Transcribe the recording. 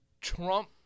Trump